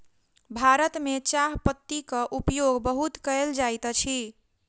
भारत में चाह पत्तीक उपयोग बहुत कयल जाइत अछि